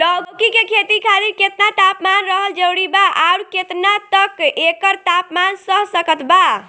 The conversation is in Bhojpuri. लौकी के खेती खातिर केतना तापमान रहल जरूरी बा आउर केतना तक एकर तापमान सह सकत बा?